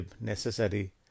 necessary